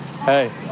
Hey